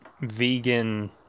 vegan